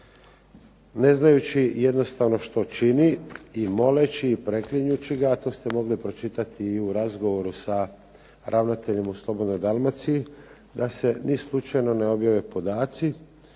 ne znajući jednostavno što čini i moleći i preklinjući ga, a to ste mogli pročitati i u razgovoru sa ravnateljem u "Slobodnoj Dalmaciji", da se ni slučajno ne objave podaci